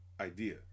idea